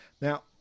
Now